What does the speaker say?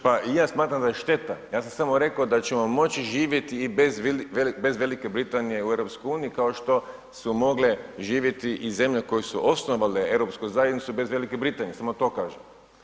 Pa i ja smatram da je šteta, ja sam samo rekao da ćemo moći živjeti i bez velike Britanije u EU-u kao što su mogle živjeti i zemlje koje su osnovale europsku zajednicu bez Velike Britanije, samo to kažem.